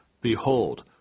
Behold